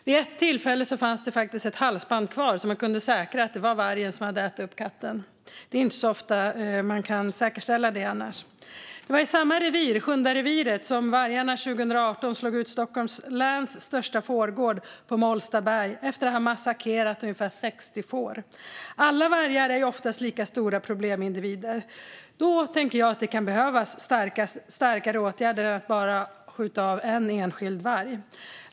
Vid ett tillfälle fanns det faktiskt ett halsband kvar så att man kunde säkra att det var vargen som hade ätit upp katten. Det är inte så ofta man kan göra det annars. Oftast är alla vargar lika stora problemindivider. Då kan det behövas starkare åtgärder än att bara skjuta av en enskild varg.